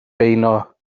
beuno